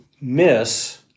miss